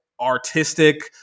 artistic